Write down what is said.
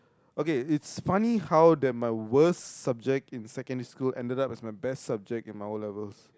okay it's funny how that my worst subject in secondary school ended up as my best subject in my O-levels